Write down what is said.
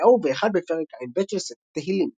ישעיהו ואחד בפרק ע"ב של ספר תהילים